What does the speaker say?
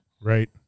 Right